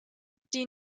die